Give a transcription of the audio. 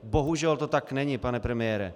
Bohužel to tak není, pane premiére.